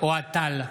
אוהד טל,